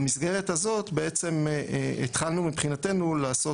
במסגרת הזאת התחלנו מבחינתנו לעשות